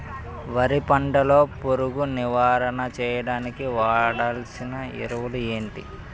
వరి పంట లో పురుగు నివారణ చేయడానికి వాడాల్సిన ఎరువులు ఏంటి?